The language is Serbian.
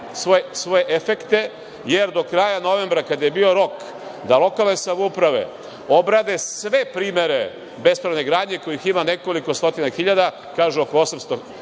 svoje efekte, jer do kraja novembra, kada je bio rok, da lokalne samouprave obrade sve primere bespravne gradnje kojih ima nekoliko stotina hiljada, kažu oko 800